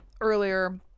earlier